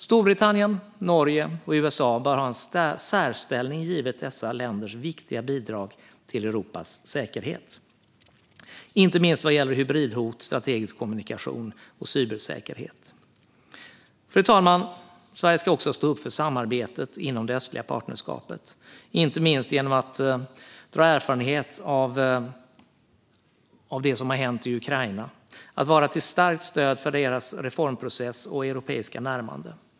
Storbritannien, Norge och USA bör ha en särställning givet dessa länders viktiga bidrag till Europas säkerhet, inte minst vad gäller hybridhot, strategisk kommunikation och cybersäkerhet. Fru talman! Sverige ska också stå upp för samarbetet inom det östliga partnerskapet, inte minst genom att dra erfarenhet av det som har hänt i Ukraina. Vi ska vara ett starkt stöd för deras reformprocess och europeiska närmanden.